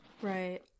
right